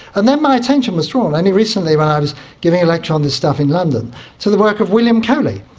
and then my attention was drawn only recently when i was giving a lecture on this stuff in london to the work of william coley,